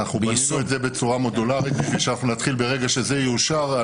בנינו את זה בצורה מודולרית כדי שנוכל להתחיל ברגע שזה יאושר.